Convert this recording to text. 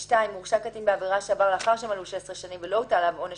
הורשע קטין בעבירה שעבר לאחר שמלאו לו שש עשרה שנים ולא הוטל עליו עונש